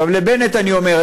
לבנט אני אומר,